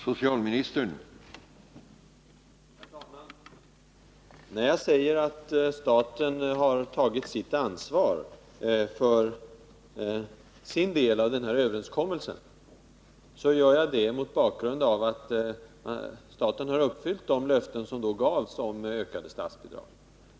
Herr talman! När jag säger att staten har tagit ansvar för sin del av den här överenskommelsen, så gör jag det mot bakgrund av att staten har uppfyllt de löften som gavs om ökade statsbidrag.